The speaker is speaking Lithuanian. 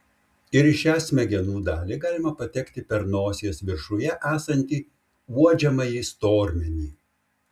ir į šią smegenų dalį galima patekti per nosies viršuje esantį uodžiamąjį stormenį